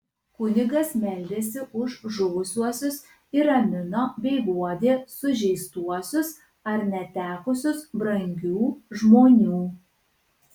kunigas meldėsi už žuvusiuosius ir ramino bei guodė sužeistuosius ar netekusius brangių žmonių